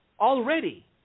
already